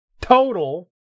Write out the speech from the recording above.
Total